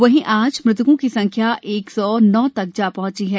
वहीं आज मृतकों की संख्या एक सौ नौ तक जा पहंची है